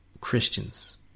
Christians